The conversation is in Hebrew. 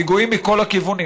פיגועים מכל הכיוונים.